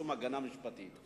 שום הגנה משפטית.